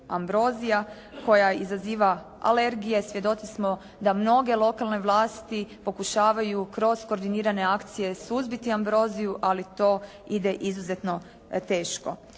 koja izaziva alergije. Svjedoci smo da mnoge lokalne vlasti pokušavaju kroz koordinirane akcije suzbiti ambroziju, ali to ide izuzetno teško.